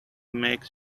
makes